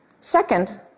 Second